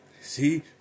see